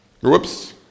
Whoops